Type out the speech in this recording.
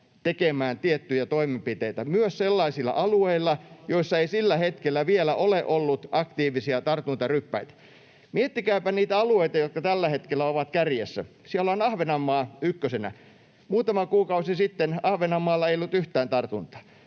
tekemään tiettyjä toimenpiteitä myös sellaisilla alueilla, joilla ei sillä hetkellä vielä ole ollut aktiivisia tartuntaryppäitä. Miettikääpä niitä alueita, jotka tällä hetkellä ovat kärjessä. Siellä on Ahvenanmaa ykkösenä — muutama kuukausi sitten Ahvenanmaalla ei ollut yhtään tartuntaa.